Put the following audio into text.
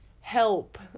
Help